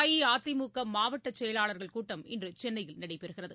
அஇஅதிமுக மாவட்ட செயலாளர்கள் கூட்டம் இன்று சென்னையில் நடைபெறுகிறது